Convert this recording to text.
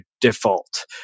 default